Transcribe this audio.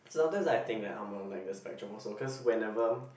sometimes I think that I'm on like the spectrum also cause whenever